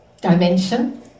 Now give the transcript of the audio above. dimension